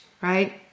right